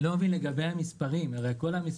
לגבי המספרים אני לא מבין.